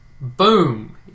boom